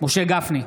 משה גפני,